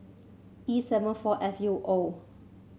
E seven four F U O